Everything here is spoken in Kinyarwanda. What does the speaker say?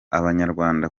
abanyarwanda